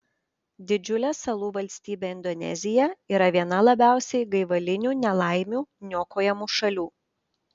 didžiulė salų valstybė indonezija yra viena labiausiai gaivalinių nelaimių niokojamų šalių